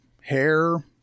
hair